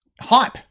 Hype